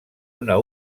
una